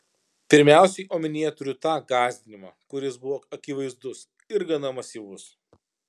pirmiausiai omenyje turiu tą gąsdinimą kuris buvo akivaizdus ir gana masyvus